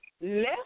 left